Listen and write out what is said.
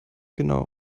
genauer